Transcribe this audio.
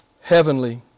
heavenly